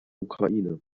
ukraine